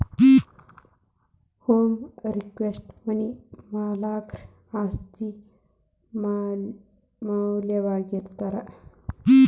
home equity money ಮಾಲೇಕರ ಆಸ್ತಿ ಮೌಲ್ಯವಾಗಿರತ್ತ